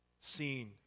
Seen